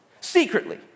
secretly